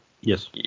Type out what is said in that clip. Yes